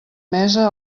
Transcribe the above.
mesa